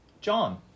John